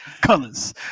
colors